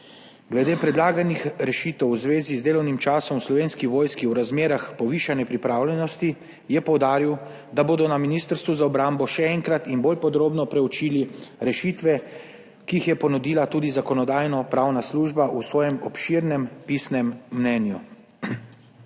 Glede predlaganih rešitev v zvezi z delovnim časom v Slovenski vojski v razmerah povišane pripravljenosti je poudaril, da bodo na Ministrstvu za obrambo še enkrat in bolj podrobno preučili rešitve, ki jih je ponudila tudi Zakonodajno-pravna služba v svojem obširnem pisnem mnenju.